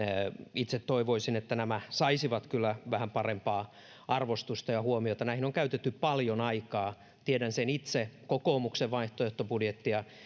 itse toivoisin että nämä saisivat kyllä vähän parempaa arvostusta ja huomiota näihin on käytetty paljon aikaa tiedän itse kokoomuksen vaihtoehtobudjettia